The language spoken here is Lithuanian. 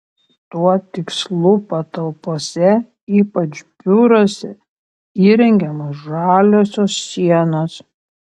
tuo tikslu patalpose ypač biuruose įrengiamos žaliosios sienos